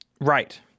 Right